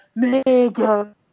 nigger